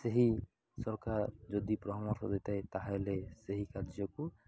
ସେହି ସରକାର ଯଦି ପରାମର୍ଶ ଦେଇଥାଏ ତା'ହେଲେ ସେହି କାର୍ଯ୍ୟକୁ